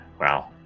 Wow